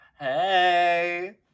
hey